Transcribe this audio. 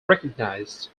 recognised